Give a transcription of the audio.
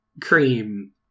Cream